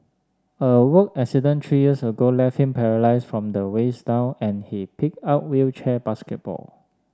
a work accident three years ago left him paralysed from the waist down and he picked up wheelchair basketball